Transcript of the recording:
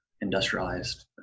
industrialized